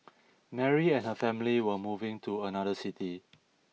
Mary and her family were moving to another city